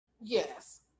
yes